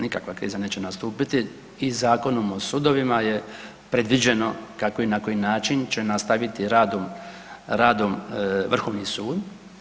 Nikakva kriza neće nastupiti i Zakonom o sudovima je predviđeno kako i na koji način će nastaviti radom, radom Vrhovni sud.